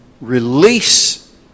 release